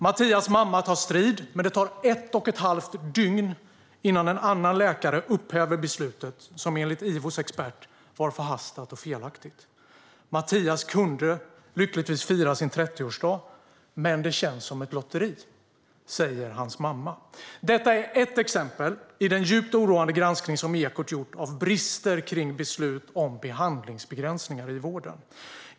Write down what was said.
Mattias mamma tar strid, men det tar ett och ett halvt dygn innan en annan läkare upphäver beslutet, som enligt IVO:s expert var förhastat och felaktigt. Mattias kunde lyckligtvis fira sin 30-årsdag, men det känns som ett lotteri, säger hans mamma. Detta är ett exempel från den djupt oroande granskning som Ekot gjort av brister kring beslut om behandlingsbegränsningar i vården.